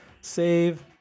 save